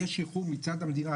יש איחור מצד המדינה,